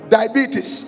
Diabetes